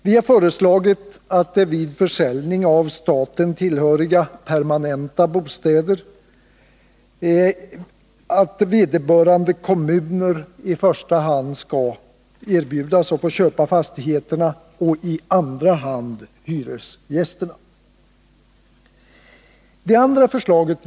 Vi har föreslagit att vid försäljning av staten tillhöriga permanenta bostäder i första hand vederbörande kommuner skall erbjudas att köpa fastigheterna och i andra hand hyresgästerna.